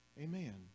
Amen